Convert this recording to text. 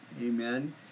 Amen